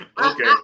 Okay